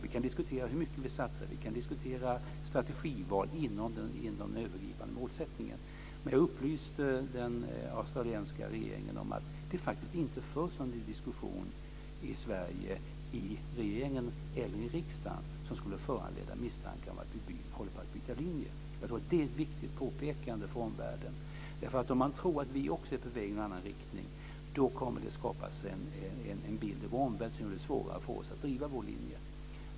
Vi kan diskutera hur mycket vi satsar, och vi kan diskutera strategi inom den övergripande målsättningen. Men jag upplyste den australiensiska regeringen om att det faktiskt inte förs någon diskussion i Sverige i regeringen eller i riksdagen som skulle föranleda misstankar om att vi håller på att byta linje. Jag tror att det är ett viktigt påpekande för omvärlden, därför att om man tror att vi också är på väg i någon annan riktning, då kommer det att skapas en bild i vår omvärld som gör det svårare för oss att driva vår linje.